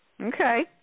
Okay